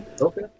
Okay